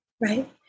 Right